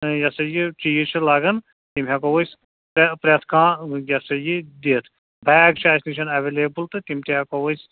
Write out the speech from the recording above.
یہِ ہسا یہِ چیٖز چھِ لَگان تِم ہٮ۪کو أسۍ پرٛٮ۪تھ کانٛہہ یہِ ہسا یہِ دِتھ بیگ چھِ اَسہِ نِش ایویلیبل تہٕ تِم تہِ ہٮ۪کو أسۍ